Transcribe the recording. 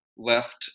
left